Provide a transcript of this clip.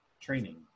training